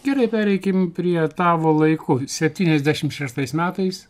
gerai pereikim prie tavo laiku septyniasdešim šeštais metais